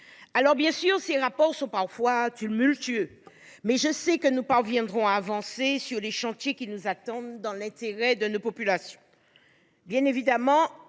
réjouis. Bien sûr, ces rapports sont parfois tumultueux, mais je sais que nous parviendrons à avancer sur les chantiers qui nous attendent, dans l’intérêt de nos populations. Je salue évidemment